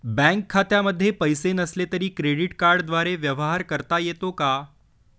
Bank खात्यामध्ये पैसे नसले तरी क्रेडिट कार्डद्वारे व्यवहार करता येतो का?